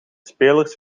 spelers